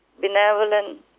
benevolent